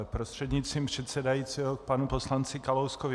Prostřednictvím předsedajícího k panu poslanci Kalouskovi.